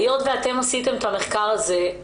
היות ואתם עשיתם את המחקר הזה,